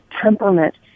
temperament